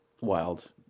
Wild